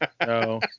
No